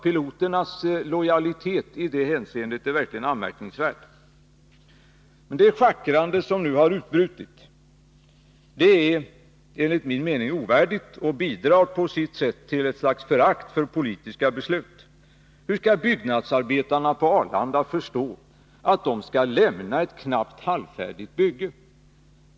Piloternas lojalitet i det hänseendet är verkligen anmärkningsvärd. Det schackrande som nu har utbrutit är enligt min mening ovärdigt och bidrar på sitt sätt till ett slags förakt för politiska beslut. Hur skall byggnadsarbetarna på Arlanda förstå att de skall lämna ett knappt halvfärdigt bygge?